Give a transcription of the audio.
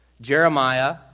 Jeremiah